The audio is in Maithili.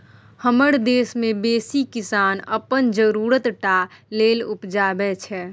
हमरा देश मे बेसी किसान अपन जरुरत टा लेल उपजाबै छै